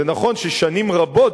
זה נכון ששנים רבות,